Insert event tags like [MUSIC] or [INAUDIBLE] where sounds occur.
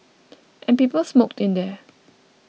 [NOISE] and people smoked in there